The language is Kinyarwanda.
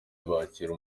bakira